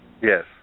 Yes